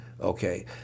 Okay